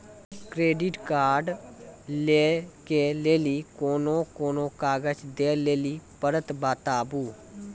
Credit card लै के लेली कोने कोने कागज दे लेली पड़त बताबू?